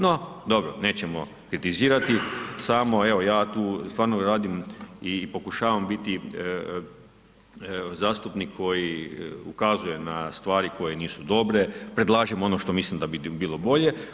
No dobro, nećemo kritizirati, samo evo ja tu stvarno radim i pokušavam biti zastupnik koji ukazuje na stvari koje nisu dobre, predlažem ono što mislim da bi bilo bolje.